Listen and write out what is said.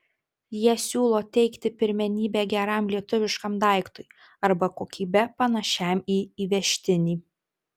jie siūlo teikti pirmenybę geram lietuviškam daiktui arba kokybe panašiam į įvežtinį